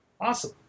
awesome